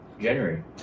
January